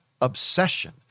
obsession